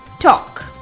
talk